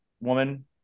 woman